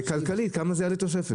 וכלכלית, כמה תעלה התוספת.